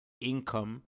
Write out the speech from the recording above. income